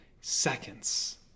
seconds